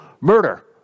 murder